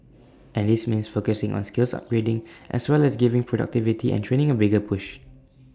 and this means focusing on skills upgrading as well as giving productivity and training A bigger push